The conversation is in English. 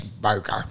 burger